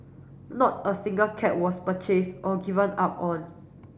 not a single cat was purchased or given up on